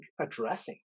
addressing